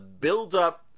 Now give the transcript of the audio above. build-up